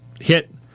hit